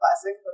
classic